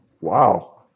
Wow